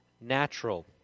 natural